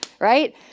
right